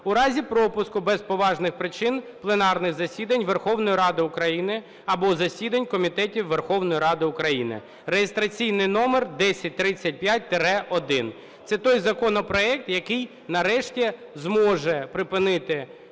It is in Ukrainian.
у разі пропуску без поважних причин пленарних засідань Верховної Ради України або засідань комітетів Верховної Ради України (реєстраційний номер 1035-1). Це той законопроект, який нарешті зможе припинити